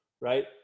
right